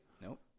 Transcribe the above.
Nope